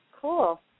Cool